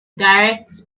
direct